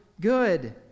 good